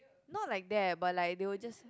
not like that but like they were just